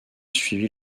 suivi